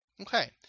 Okay